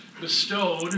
bestowed